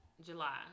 July